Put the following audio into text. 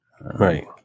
Right